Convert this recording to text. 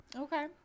Okay